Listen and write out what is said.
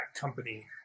company